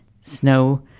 snow